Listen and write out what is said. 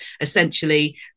essentially